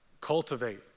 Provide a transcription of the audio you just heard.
Cultivate